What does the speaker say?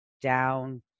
down